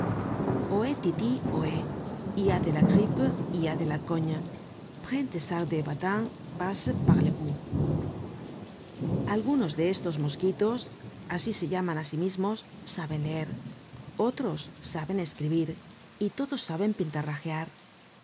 y a de la co pre de bata passe paletot algunos de estos mosquitosasi se llaman á sí mismossaben leer otros saben escribir y todos saben pintarrajear